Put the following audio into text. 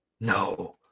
No